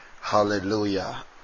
Hallelujah